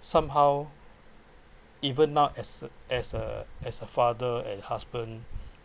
somehow even now as as a as a father and husband